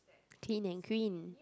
clean and green